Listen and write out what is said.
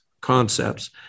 concepts